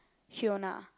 Hyuna